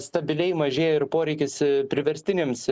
stabiliai mažėja ir poreikis priverstinėms